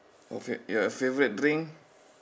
oh fav~ your favorite drink